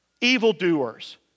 evildoers